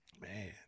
Man